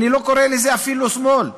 אני לא קורא לזה אפילו שמאל,